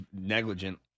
negligent